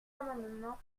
amendement